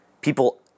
people